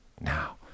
Now